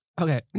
Okay